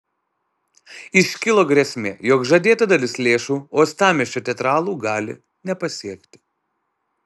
iškilo grėsmė jog žadėta dalis lėšų uostamiesčio teatralų gali nepasiekti